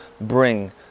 bring